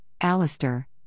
alistair